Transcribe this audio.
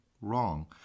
wrong